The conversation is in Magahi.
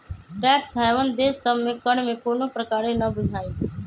टैक्स हैवन देश सभ में कर में कोनो प्रकारे न बुझाइत